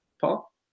Paul